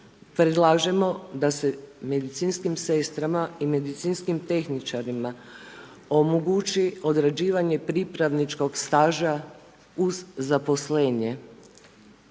predlažemo da se medicinskim sestrama i medicinskim tehničarima omogući odrađivanje pripravničkog staža uz zaposlenje,